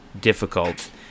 difficult